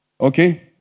okay